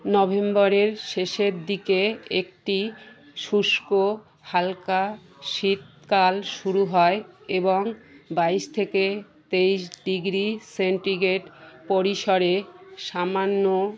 নভেম্বরের শেষের দিকে একটি শুষ্ক হালকা শীতকাল শুরু হয় এবং বাইশ থেকে তেইশ ডিগ্রি সেন্টিগ্রেড পরিসরে সামান্য